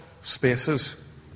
spaces